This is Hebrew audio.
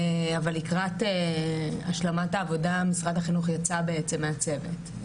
אבל לקראת השלמת העבודה משרד החינוך יצא בעצם מהצוות.